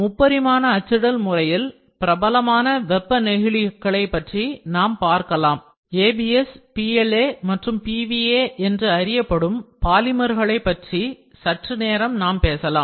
முப்பரிமான அச்சிடல் முறையில் பிரபலமான வெப்ப நெகிழிகளை பற்றி நாம் பார்க்கலாம் ABS PLA மற்றும் PVA என்று அறியப்படும் பாலிமர் உங்களை பற்றி நாம் சற்று நேரம் பேசலாம்